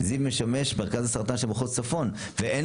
זיו משמש מרכז הסרטן של מחוז צפון ואין